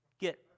get